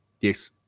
yes